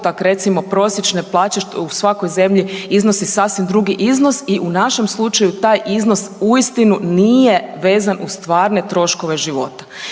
recimo prosječne plaće što u svakoj zemlji iznosi sasvim drugi iznos. I u našem slučaju taj iznos uistinu nije vezan uz stvarne troškove života.